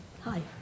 Hi